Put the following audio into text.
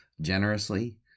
generously